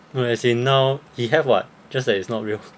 no as in now he have [what] just that it's not real